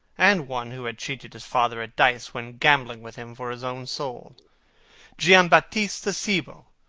and one who had cheated his father at dice when gambling with him for his own soul giambattista cibo,